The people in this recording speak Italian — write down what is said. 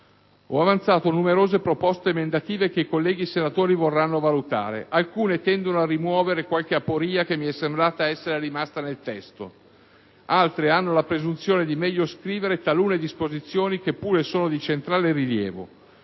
Ho avanzato numerose proposte emendative che i colleghi senatori vorranno valutare: alcune tendono a rimuovere qualche aporia che mi è sembrata essere rimasta nel testo; altre hanno la presunzione di meglio scrivere talune disposizioni che pure sono di centrale rilievo.